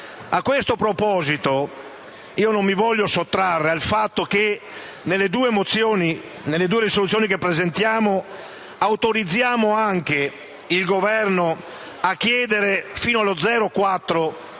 A questo proposito non mi voglio sottrarre al fatto che nelle due risoluzioni che presentiamo autorizziamo il Governo a chiedere fino allo 0,4